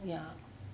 ya